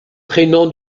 prénom